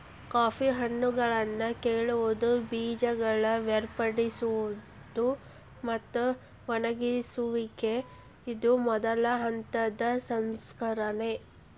coffee ಹಣ್ಣುಗಳನ್ನಾ ಕೇಳುವುದು, ಬೇಜಗಳ ಬೇರ್ಪಡಿಸುವುದು, ಮತ್ತ ಒಣಗಿಸುವಿಕೆ ಇದು ಮೊದಲ ಹಂತದ ಸಂಸ್ಕರಣೆ